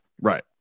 Right